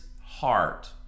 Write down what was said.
heart